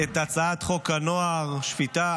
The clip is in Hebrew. את הצעת חוק הנוער (שפיטה,